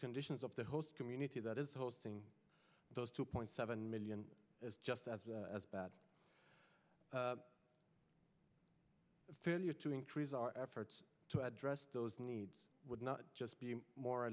conditions of the host community that is hosting those two point seven million is just as bad the failure to increase our efforts to address those needs would not just be mor